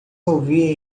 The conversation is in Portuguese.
movia